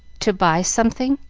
to buy something?